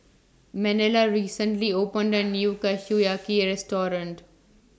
Manuela recently opened A New Kushiyaki Restaurant